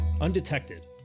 Undetected